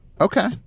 Okay